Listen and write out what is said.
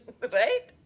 right